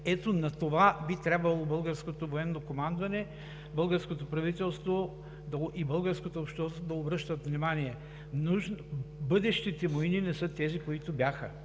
Ето, на това българското военно командване, българското правителство и българското общество би трябвало да обръщат внимание. Бъдещите войни не са тези, които бяха.